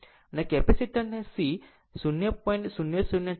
અને કેપેસિટર ને સી 0